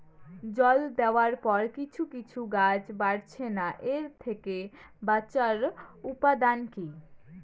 জল দেওয়ার পরে কিছু কিছু গাছ বাড়ছে না এর থেকে বাঁচার উপাদান কী?